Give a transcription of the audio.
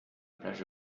plage